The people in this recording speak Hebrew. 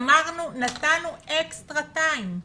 אמרנו שנתנו אקסטרה זמן.